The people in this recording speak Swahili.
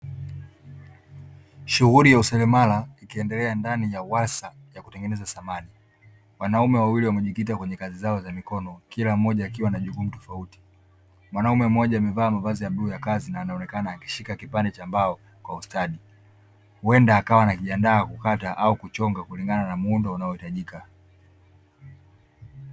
Shughuli ya useremala, ikiendelea ndani ya warsha ya kutengeneza samani, wanaume wawili wamejikita kwenye kazi zao za mikono, kila mmoja akiwa na jukumu tofauti. Mwanaume mmoja amevaa mavazi ya bluu ya kazi na anaonekana akishika kipande cha mbao kwa ustadi, huenda akawa anajiandaa kukata au kuchonga kulingana na muundo unaohitajika.